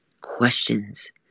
questions